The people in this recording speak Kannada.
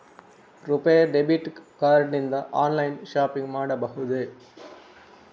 ರುಪೇ ಡೆಬಿಟ್ ಕಾರ್ಡ್ ನಿಂದ ಆನ್ಲೈನ್ ಶಾಪಿಂಗ್ ಮಾಡಬಹುದೇ?